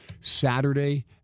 Saturday